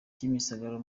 kimisagara